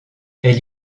elle